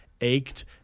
ached